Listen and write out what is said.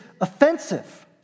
offensive